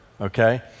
Okay